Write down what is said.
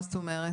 מה זאת אומרת?